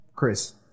Chris